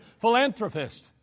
philanthropist